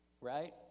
Right